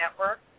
network